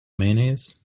mayonnaise